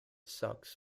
sox